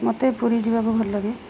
ମୋତେ ପୁରୀ ଯିବାକୁ ଭଲ ଲାଗେ